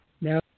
Now